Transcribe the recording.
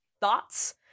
thoughts